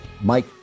Mike